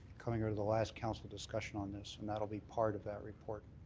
coming out of the last council discussion on this. and that will be part of that report.